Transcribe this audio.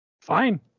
fine